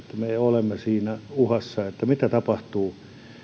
olemme siinä uhassa että mitä tapahtuu